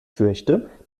fürchte